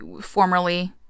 formerly